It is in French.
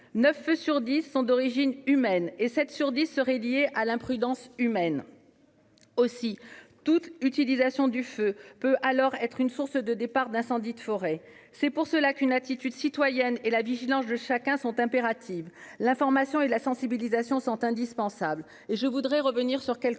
feux sur dix sont d'origine humaine et sept sur dix seraient liés à l'imprudence humaine. Aussi, toute utilisation du feu peut être source de départ d'un incendie de forêt. C'est pour cette raison qu'une attitude citoyenne et la vigilance de chacun sont impératives. L'information et la sensibilisation sont indispensables.